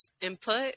input